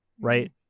right